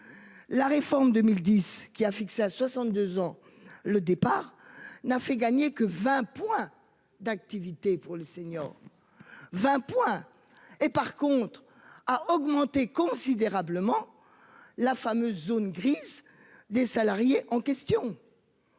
La réforme 2010 qui a fixé à 62 ans, le départ n'a fait gagner que 20 points d'activité pour les seniors. 20 points. Et par contre a augmenté considérablement la fameuse zone grise des salariés en question.